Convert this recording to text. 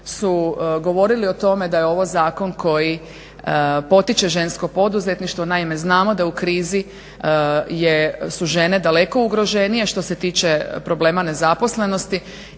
su govorili o tome da je ovo zakon koji potiče žensko poduzetništvo, naime znamo da u krizi je, su žene daleko ugroženije što se tiče problema nezaposlenosti,